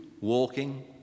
walking